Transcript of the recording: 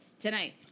tonight